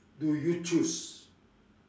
do you choose